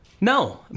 No